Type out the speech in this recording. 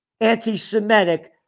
anti-Semitic